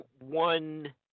one